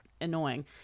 annoying